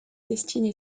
destiné